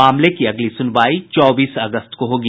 मामले में अगली सुनवाई चौबीस अगस्त को होगी